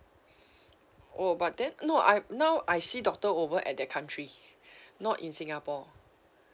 oh but then no I now I see doctor over at that country not in singapore